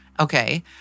Okay